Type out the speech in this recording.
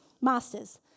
Masters